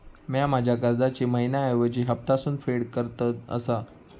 म्या माझ्या कर्जाची मैहिना ऐवजी हप्तासून परतफेड करत आसा